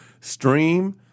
stream